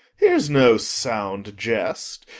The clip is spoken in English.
here's no sound jest!